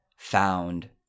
Found